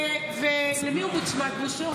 ולמי הוא מוצמד, בוסו?